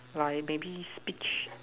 like maybe speech